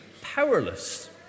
powerless